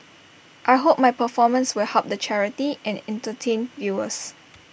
I hope my performance will help the charity and entertain viewers